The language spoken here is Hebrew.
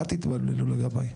אל תתבלבלו לגביי.